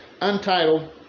untitled